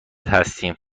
هستیم